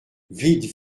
vite